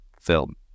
film